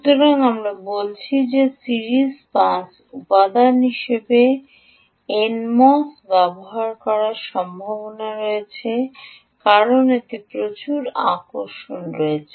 সুতরাং আমরা বলেছি যে সিরিজ পাস উপাদান হিসাবে এনএমওএস ব্যবহার করার সম্ভাবনা রয়েছে কারণ এতে প্রচুর আকর্ষণ রয়েছে